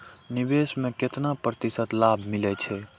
निवेश में केतना प्रतिशत लाभ मिले छै?